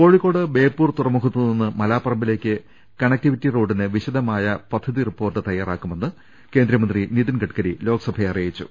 കോഴിക്കോട് ബേപ്പൂർ തുറമുഖത്ത് നിന്ന് മലാപ്പറമ്പിലേക്ക് കണ ക്റ്റിവിറ്റി റോഡിന് വിശദമായ പ്രൊജക്റ്റ് റിപ്പോർട്ട് തയാറാക്കുമെന്ന് കേന്ദ്രമന്ത്രി നിതിൻ ഗഡ്ഗരി ലോക്സഭയെ അറിയിച്ചു